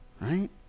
right